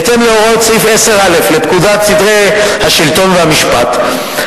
בהתאם להוראות סעיף 10א לפקודת סדרי השלטון והמשפט,